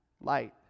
light